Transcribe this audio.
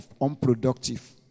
unproductive